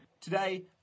Today